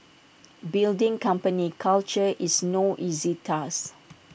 building company culture is no easy task